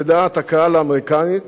הפכנו, בדעת הקהל האמריקנית,